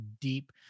deep